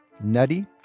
Nutty